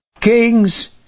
kings